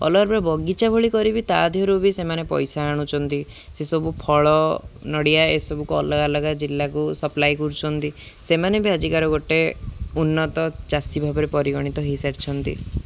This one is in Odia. ଅଲଗା ପ୍ରକାର ବଗିଚା ଭଳି କରିବି ତା' ଦେହରୁ ବି ସେମାନେ ପଇସା ଆଣୁଛନ୍ତି ସେସବୁ ଫଳ ନଡ଼ିଆ ଏସବୁକୁ ଅଲଗା ଅଲଗା ଜିଲ୍ଲାକୁ ସପ୍ଲାଏ କରୁଛନ୍ତି ସେମାନେ ବି ଆଜିକାର ଗୋଟେ ଉନ୍ନତ ଚାଷୀ ଭାବରେ ପରିଗଣିତ ହେଇସାରିଛନ୍ତି